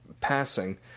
passing